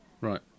Right